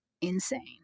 insane